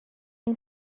این